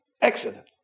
Accident